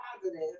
positive